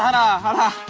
ha ha